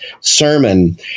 sermon